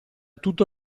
tutto